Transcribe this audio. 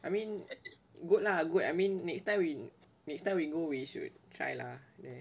I mean good lah good I mean next time next time we go we should try lah